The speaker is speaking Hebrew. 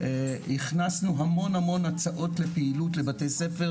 הכנסנו המון המון הצעות לפעילות לבתי ספר,